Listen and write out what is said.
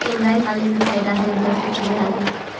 कोन गाय पाले मे फायदा है जरसी कि देहाती?